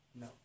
No